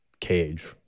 cage